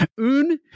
Un